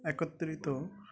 একত্রিত